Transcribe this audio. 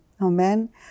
Amen